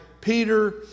Peter